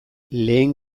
lehen